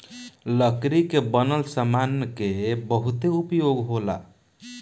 लकड़ी के बनल सामान के बहुते उपयोग होला